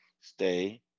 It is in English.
Stay